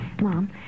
Mom